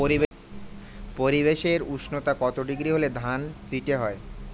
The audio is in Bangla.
পরিবেশের উষ্ণতা কত ডিগ্রি হলে ধান চিটে হয়?